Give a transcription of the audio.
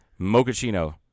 Mochaccino